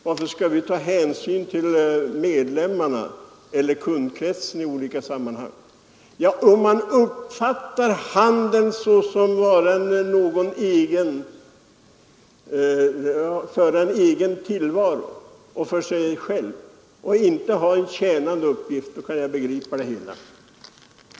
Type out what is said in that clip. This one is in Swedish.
Varför skall vi ta hänsyn till medlemmarna eller kundkretsen i olika sammanhang? Om man anser att handeln skall föra en egen tillvaro för sig själv och inte ha en tjänande uppgift, kan jag begripa det hela.